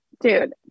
Dude